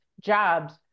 jobs